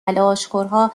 لاشخورها